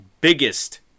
biggest